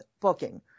booking